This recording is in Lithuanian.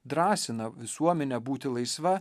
drąsina visuomenę būti laisva